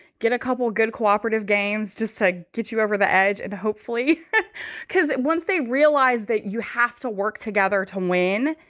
get a couple good cooperative games just to get you over the edge. and hopefully because once they realize that you have to work together to to um win,